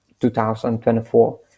2024